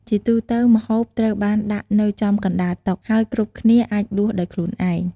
ជាទូទៅ ម្ហូបត្រូវបានដាក់នៅចំកណ្ដាលតុ ហើយគ្រប់គ្នាអាចដួសដោយខ្លួនឯង។